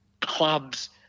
Clubs